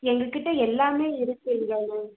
எங்ககிட்ட எல்லாமே இருக்குது இதெல்லாம்